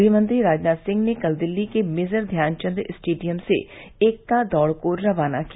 गृहमंत्री राजनाथ सिंह ने कल दिल्ली के मेजर ध्यानचंद स्टेडियम से एकता दौड को रवाना किया